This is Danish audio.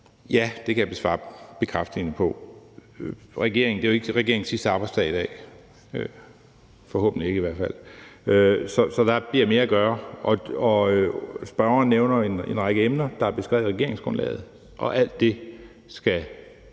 Ja, det kan jeg give en bekræftelse af. Det er jo ikke regeringens sidste arbejdsdag i dag – forhåbentlig ikke, i hvert fald. Så der bliver mere at gøre. Spørgeren nævner en række emner, der er beskrevet i regeringsgrundlaget, og alt det skal